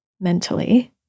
mentally